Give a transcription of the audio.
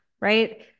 right